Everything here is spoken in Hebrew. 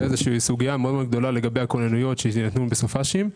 הייתה סוגיה לגבי הכוננויות בסופ"שים.